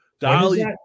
Dolly